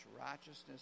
righteousness